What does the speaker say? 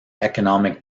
economic